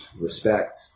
respect